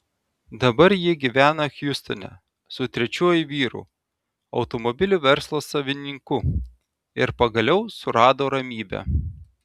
dabar ji gyvena hjustone su trečiuoju vyru automobilių verslo savininku ir pagaliau surado ramybę